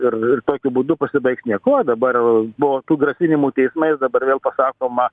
ir ir tokiu būdu pasibaigs niekuo dabar nuo tų grasinimų teismais dabar vėl pasakoma